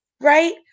right